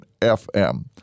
FM